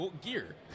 Gear